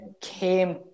came